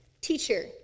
Teacher